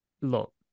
Look